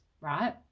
right